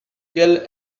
quel